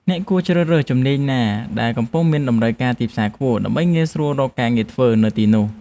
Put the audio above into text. អ្នកគួរតែជ្រើសរើសមុខជំនាញណាដែលកំពុងមានតម្រូវការទីផ្សារខ្ពស់ដើម្បីងាយស្រួលរកការងារធ្វើនៅទីនោះ។